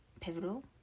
pivotal